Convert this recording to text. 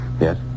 Yes